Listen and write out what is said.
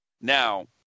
Now